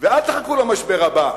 אל תחכו למשבר הבא,